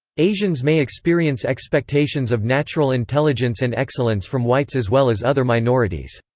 asians may experience expectations of natural intelligence and excellence from whites as well as other minorities.